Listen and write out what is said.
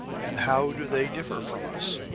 and how do they differ from us?